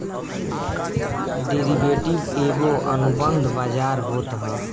derivative एगो अनुबंध बाजार होत हअ